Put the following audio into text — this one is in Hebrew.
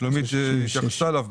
ששלומית התייחסה אליו,